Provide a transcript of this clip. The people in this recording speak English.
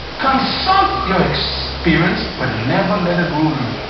consult your experience, but never let it rule you.